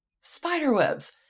Spiderwebs